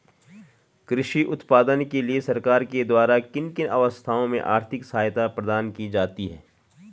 कृषि उत्पादन के लिए सरकार के द्वारा किन किन अवस्थाओं में आर्थिक सहायता प्रदान की जाती है?